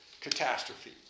Catastrophe